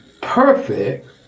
perfect